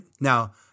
Now